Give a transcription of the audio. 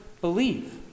believe